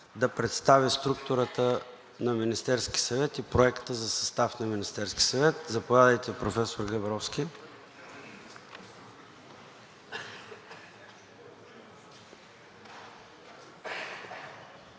да представи структурата на Министерския съвет и Проекта за състав на Министерския съвет. Заповядайте, професор Габровски.